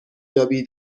یابی